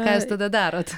ką jūs tada darot